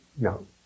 no